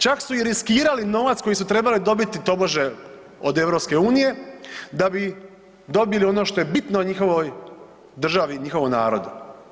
Čak su i riskirali novac koji su trebali dobiti tobože od EU da bi dobili ono što je bitno njihovoj državi, njihovom narodu.